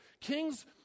kings